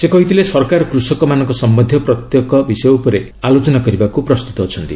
ସେ କହିଥିଲେ ସରକାର କୃଷକମାନଙ୍କ ସମ୍ଭନ୍ଧୀୟ ପ୍ରତ୍ୟେକ ବିଷୟ ଉପରେ ଆଲୋଚନା କରିବାକୁ ପ୍ରସ୍ତୁତ ଅଛନ୍ତି